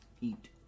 Eat